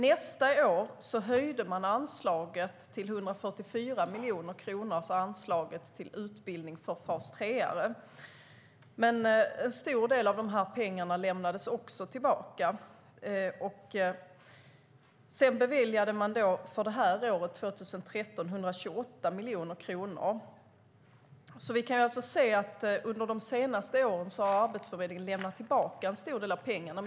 Året efter höjdes anslaget till utbildning för fas 3:are till 144 miljoner kronor. Men en stor del av dessa pengar lämnades också tillbaka. För detta år - 2013 - beviljades 128 miljoner kronor. Vi kan alltså se att Arbetsförmedlingen under de senaste åren har lämnat tillbaka en stor del av pengarna.